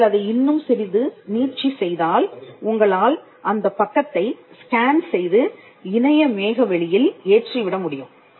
நீங்கள் அதை இன்னும் சிறிது நீட்சி செய்தால் உங்களால் அந்தப் பக்கத்தை ஸ்கேன் செய்து இணைய மேகவெளியில் ஏற்றிவிட முடியும்